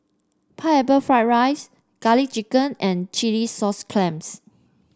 Pineapple Fried Rice garlic chicken and Chilli Sauce Clams